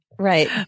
Right